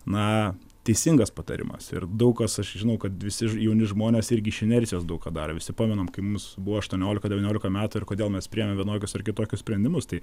na teisingas patarimas ir daug kas aš žinau kad visi jauni žmonės irgi iš inercijos daug ką daro visi pamenam kai mums buvo aštuoniolika devyniolika metų ir kodėl mes priėmėm vienokius ar kitokius sprendimus tai